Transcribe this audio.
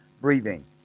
breathing